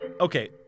Okay